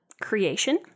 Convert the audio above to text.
creation